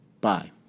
Bye